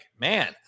man